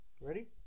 Ready